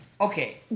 Okay